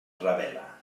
revela